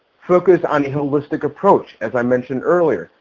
focus on the holistic approach as i mentioned earlier.